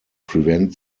prevent